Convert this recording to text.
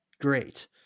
great